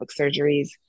surgeries